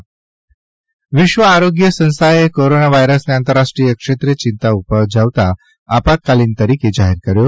ત વિશ્વ આરોગ્ય સંસ્થાએ કોરોના વાયરસને આંતરરાષ્રીખ્યક્ષેત્રે ચિંતા ઉપજાવતા આપાતકાલીન તરીકે જાહેર કર્યો